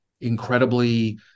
incredibly